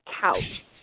couch